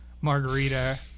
margarita